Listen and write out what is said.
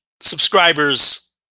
subscribers